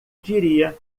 diria